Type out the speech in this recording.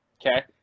Okay